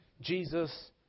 Jesus